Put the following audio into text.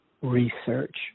research